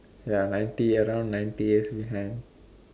ya ninety around ninety years behind